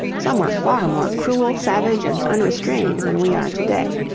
some were far more cruel, savage, and unrestrained than we are to-day.